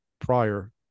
prior